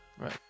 Right